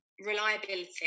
Reliability